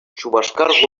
шупашкар